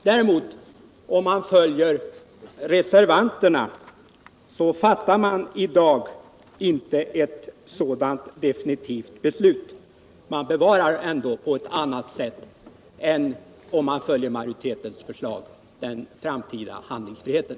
Om man däremot följer reservanternas förslag, fattar man i dag inte ett sådant definitivt beslut, utan man bevarar då, på ett annat sätt än om man följer majoritetens förslag, den framtida handlingsfriheten.